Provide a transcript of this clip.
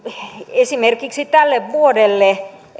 esimerkiksi tälle vuodelle